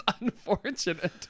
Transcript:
unfortunate